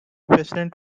patient